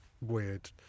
weird